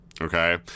okay